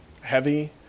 heavy